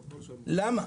למה?